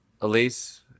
Elise